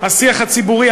השיח הציבורי,